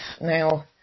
Now